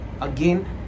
again